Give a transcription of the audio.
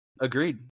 Agreed